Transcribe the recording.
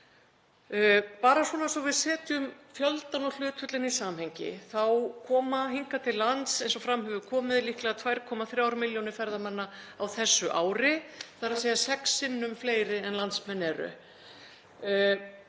Bara svona svo að við setjum fjöldann og hlutföllin í samhengi þá koma hingað til lands, eins og fram hefur komið, líklega 2,3 milljónir ferðamanna á þessu ári, þ.e. sex sinnum fleiri en landsmenn eru.